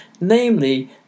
namely